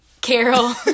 Carol